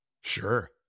Sure